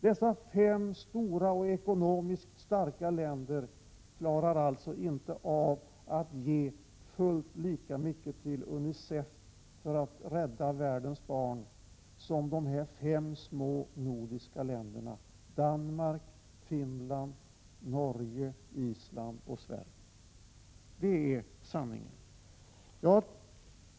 Dessa fem stora och ekonomiskt starka länder klarar alltså inte av att ge fullt lika mycket till UNICEF för att rädda världens barn som de här fem små nordiska länderna: Danmark, Finland, Norge, Island och Sverige. Det är sanningen.